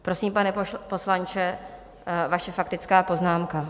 Prosím, pane poslanče, vaše faktická poznámka.